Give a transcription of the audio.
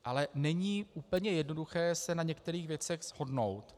Ale není úplně jednoduché se na některých věcech shodnout.